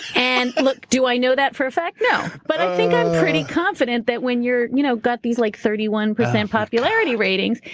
and look, do i know that for a fact? no, but i think i'm pretty confident that when you're. you know, got these like thirty one percent popularity ratings-chris